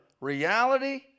reality